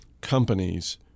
companies